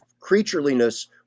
creatureliness